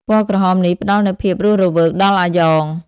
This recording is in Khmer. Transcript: ពណ៌ក្រហមនេះផ្តល់នូវភាពរស់រវើកដល់អាយ៉ង។